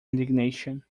indignation